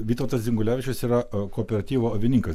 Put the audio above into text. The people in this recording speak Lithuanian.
vytautas dzingulevičius yra kooperatyvo avininkas